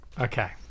Okay